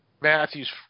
Matthew's